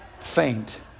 faint